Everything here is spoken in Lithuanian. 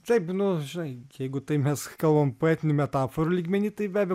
taip nu žinai jeigu tai mes kalbam poetinių metaforų lygmeny tai be abejo